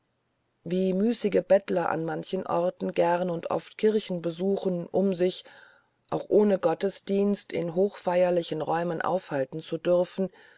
wie müssige bettler an manchen orten gern und oft kirchen besuchen um sich auch ohne gottesdienst in hochfeierlichen räumen aufhalten zu dürfen